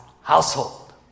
household